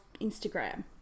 Instagram